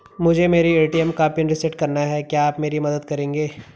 मुझे मेरे ए.टी.एम का पिन रीसेट कराना है क्या आप मेरी मदद करेंगे?